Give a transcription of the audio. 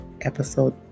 episode